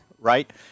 right